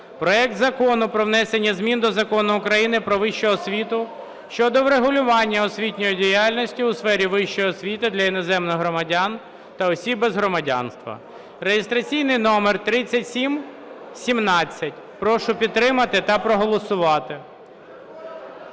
проект Закону про внесення змін до Закону України "Про вищу освіту" щодо врегулювання освітньої діяльності у сфері вищої освіти для іноземних громадян та осіб без громадянства (реєстраційний номер 3717). Прошу підтримати та проголосувати.